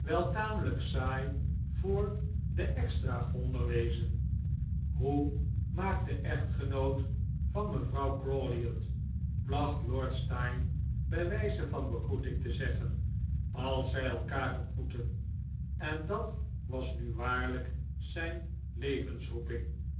wel tamelijk saai voor den ex dragonder wezen hoe maakt de echtgenoot van mevrouw crawley het placht lord steyne bij wijze van begroeting te zeggcn als zij clkaar ontmocttcn en dat was nu waarlijk zijn